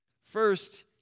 First